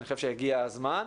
אני חושב שהגיע הזמן,